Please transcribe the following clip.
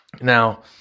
now